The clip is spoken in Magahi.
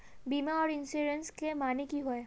बीमा आर इंश्योरेंस के माने की होय?